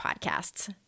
podcasts